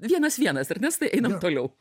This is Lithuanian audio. vienas vienas ernestai einam toliau